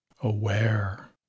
aware